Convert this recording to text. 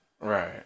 right